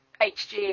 HG